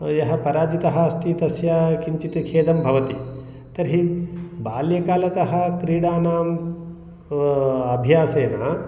यः पराजितः अस्ति तस्या किञ्चित् खेदं भवति तर्हि बाल्यकालतः क्रीडानां अभ्यासेन